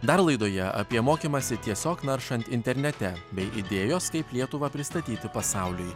dar laidoje apie mokymąsi tiesiog naršant internete bei idėjos kaip lietuvą pristatyti pasauliui